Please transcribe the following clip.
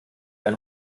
ein